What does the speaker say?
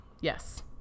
Yes